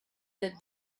the